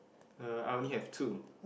uh I only have two